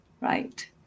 right